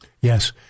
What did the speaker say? Yes